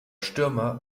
stürmer